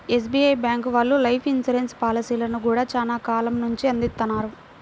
SBI bank వాళ్ళు life insurance పాలసీలను గూడా చానా కాలం నుంచే అందిత్తన్నారు